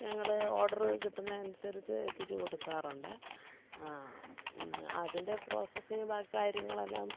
ഞങ്ങള് ഓഡര് കിട്ടുന്നതനുസരിച്ച് എത്തിച്ചു കൊടുക്കാറുണ്ട് അതിൻ്റെ പ്രോസസ്സിങ് ബാക്കി കാര്യങ്ങളെല്ലാം